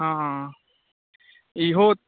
हँ हँ इहो